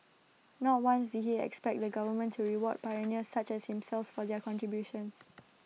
not once did he expect the government to reward pioneers such as himself for their contributions